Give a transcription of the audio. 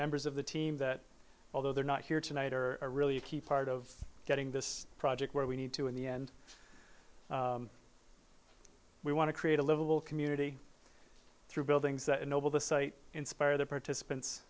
members of the team that although they're not here tonight are really a key part of getting this project where we need to in the end we want to create a livable community through buildings that ennobled the site inspire the participants